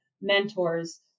mentors